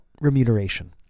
remuneration